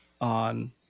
on